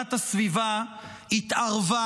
להגנת הסביבה התערבה,